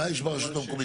אז מה שאומר חברי.